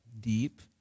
deep